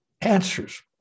answers